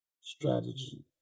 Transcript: strategy